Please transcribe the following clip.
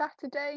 Saturday